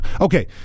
Okay